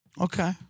Okay